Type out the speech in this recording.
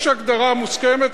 יש הגדרה מוסכמת,